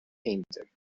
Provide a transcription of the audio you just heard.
painter